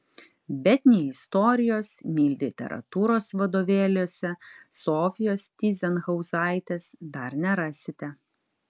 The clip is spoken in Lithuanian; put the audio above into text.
bet nei istorijos nei literatūros vadovėliuose sofijos tyzenhauzaitės dar nerasite